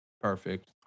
perfect